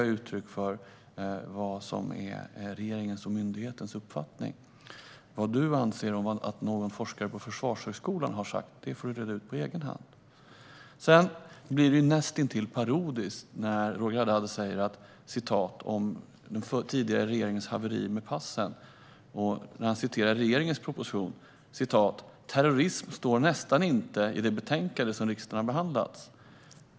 Jag ger svar om vad som är regeringens och myndighetens uppfattning. Vad Roger Haddad anser att någon forskare på Försvarshögskolan har sagt får han reda ut på egen hand. Det blir näst intill parodiskt när Roger Haddad talar om den tidigare regeringens haveri med passen. Han säger om regeringens proposition att ordet "terrorism" nästan inte står i det betänkande som riksdagen har behandlat.